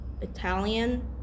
Italian